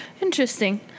Interesting